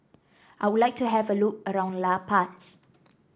I would like to have a look around La Paz